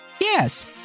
Yes